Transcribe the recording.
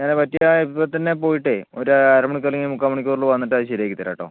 ഞാനേയ് പറ്റിയാൽ ഇപ്പോൾ തന്നെ പോയിട്ട് ഒരര മണിക്കൂർ അല്ലെങ്കിൽ മുക്കാൽ മണിക്കൂറിൽ വന്നിട്ട് അതു ശരിയാക്കി തരാം കേട്ടോ